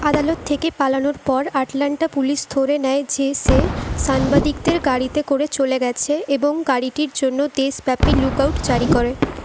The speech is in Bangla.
আদালত থেকে পালানোর পর আটলান্টা পুলিশ ধরে নেয় যে সে সাংবাদিকদের গাড়িতে করে চলে গেছে এবং গাড়িটির জন্য দেশব্যাপী লুক আউট জারি করে